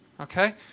okay